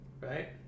right